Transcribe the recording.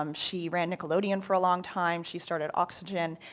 um she ran nickelodeon for a long time. she started oxygen.